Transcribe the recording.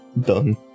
done